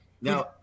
Now